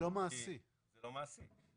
הוא לא יכול לתפוס את האנשים איך שהוא רוצה.